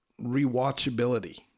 rewatchability